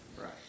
Right